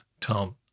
Tom